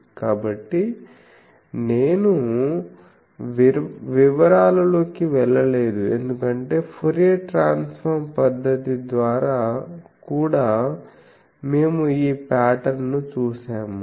కాబట్టి నేను వివరాలలోకి వెళ్ళలేదు ఎందుకంటే ఫోరియర్ ట్రాన్స్ఫార్మ్ పద్ధతి ద్వారా కూడా మేము ఈ ప్యాటర్న్ ను చూశాము